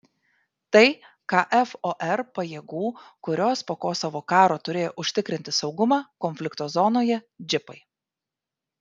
tai kfor pajėgų kurios po kosovo karo turėjo užtikrinti saugumą konflikto zonoje džipai